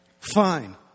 Fine